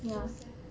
small sia